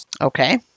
Okay